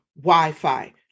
Wi-Fi